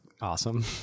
awesome